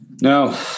No